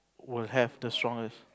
will have the strongest